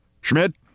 Schmidt